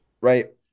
right